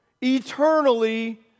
eternally